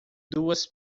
duas